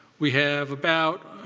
we have about